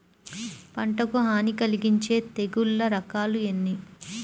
పంటకు హాని కలిగించే తెగుళ్ల రకాలు ఎన్ని?